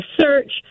search